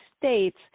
states